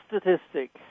statistic